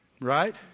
Right